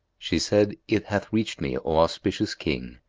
she said, it hath reached me, o auspicious king,